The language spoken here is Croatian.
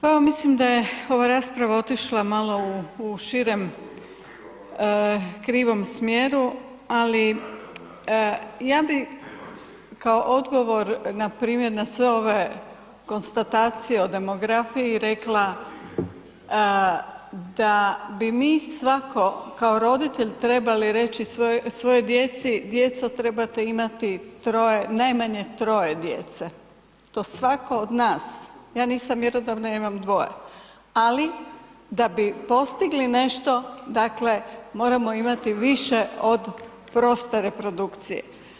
Pa mislim da je ova rasprava otišla malo u širem, krivom smjeru ali ja bi kao odgovor npr. na sve ove konstatacije o demografiji rekla da bi svako kao roditelji trebali reći svojoj djeci, djeco trebate najmanje troje djece, to svatko od nas, ja nisam mjerodavna, ja imam dvoje ali da bi postigli nešto dakle moramo imati više od proste reprodukcije.